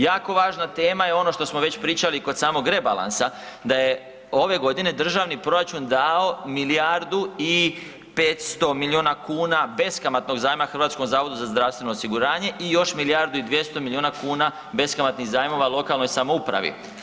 Jako važna tema je ono što smo već pričali kod samog rebalansa da je ove godine državni proračun dao milijardu i 500 milijuna kuna beskamatnog zajma HZZO-u i još milijardu i 200 milijuna kuna beskamatnih zajmova lokalnoj samoupravi.